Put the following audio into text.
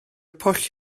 pwll